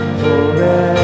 forever